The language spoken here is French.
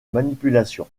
manipulation